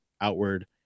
outward